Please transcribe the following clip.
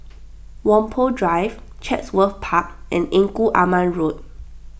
Whampoa Drive Chatsworth Park and Engku Aman Road